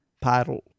paddle